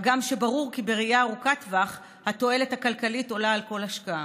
הגם שברור כי בראייה ארוכת טווח התועלת הכלכלית עולה על כל השקעה.